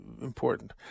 important